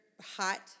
hot